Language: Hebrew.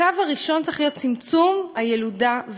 הקו הראשון צריך להיות צמצום הילודה,